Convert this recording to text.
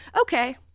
Okay